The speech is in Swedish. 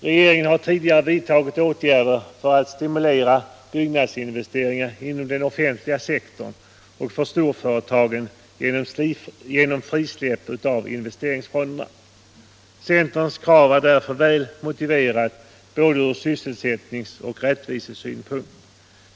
Regeringen har tidigare vidtagit åtgärder för att stimulera byggnadsinvesteringar inom den offentliga sektorn och för storföretagen genom frisläpp av investeringsfonderna. Centerns krav är därför väl motiverat både ur sysselsättnings och rättvisesynpunkt.